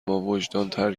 باوجدانتر